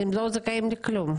הם לא זכאים לכלום.